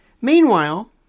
Meanwhile